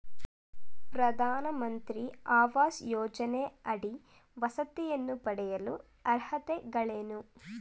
ಪ್ರಧಾನಮಂತ್ರಿ ಆವಾಸ್ ಯೋಜನೆಯಡಿ ವಸತಿಯನ್ನು ಪಡೆಯಲು ಅರ್ಹತೆಗಳೇನು?